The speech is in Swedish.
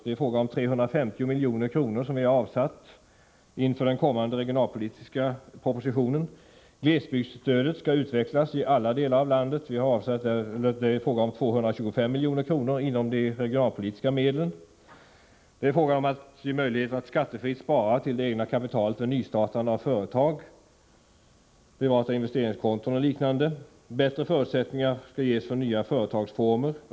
Det är fråga om 350 milj.kr. som vi har avsatt inför den kommande regionalpolitiska propositionen. Glesbygdsstödet skall utvecklas i alla delar av landet. Det är fråga om 225 milj.kr., som ingår i de regionalpolitiska medlen. Det är fråga om att ge möjlighet att skattefritt spara till det egna kapitalet för nystartande av företag, privata investeringskonton och liknande. Bättre förutsättningar skall ges för nya företagsformer.